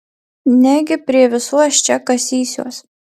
negi prie visų aš čia kasysiuos